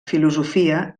filosofia